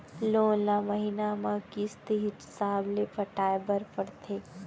loan ल महिना म किस्त हिसाब ले पटाए बर परथे